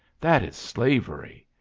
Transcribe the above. that is slavery.